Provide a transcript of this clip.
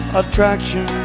attraction